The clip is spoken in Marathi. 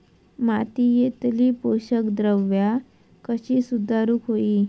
मातीयेतली पोषकद्रव्या कशी सुधारुक होई?